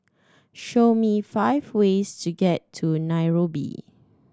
show me five ways to get to Nairobi